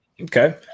okay